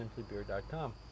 simplybeer.com